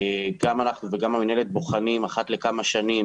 גם אנחנו וגם המינהלת בוחנים אחת לכמה שנים